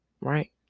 right